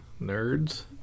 nerds